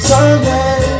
Sunday